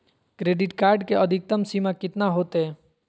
Credit card के अधिकतम सीमा कितना होते?